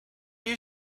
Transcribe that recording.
you